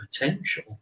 potential